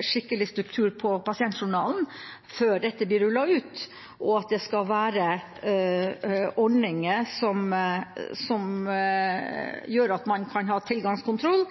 skikkelig struktur på pasientjournalen før dette blir rullet ut. Det skal være ordninger som gjør at man kan ha tilgangskontroll,